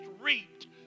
reaped